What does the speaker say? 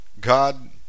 God